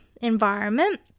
environment